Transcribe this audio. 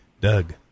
Doug